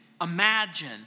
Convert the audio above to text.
imagine